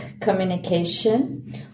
communication